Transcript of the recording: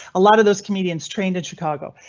a lot of those comedians trained in chicago,